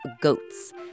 Goats